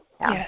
Yes